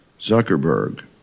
Zuckerberg